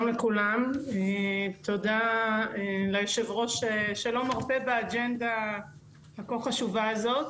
תודה ליושב-ראש שלא מרפה באג'נדה הכה חשובה הזאת.